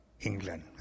England